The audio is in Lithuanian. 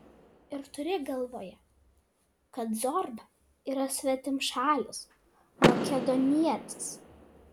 ir turėk galvoje kad zorba yra svetimšalis makedonietis